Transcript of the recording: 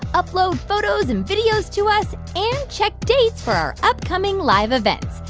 upload photos and videos to us and check dates for our upcoming live events.